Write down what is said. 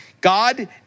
God